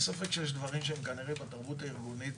אין ספק שיש דברים שהם כנראה בתרבות הארגונית,